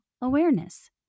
awareness